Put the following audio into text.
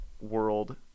world